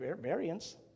variants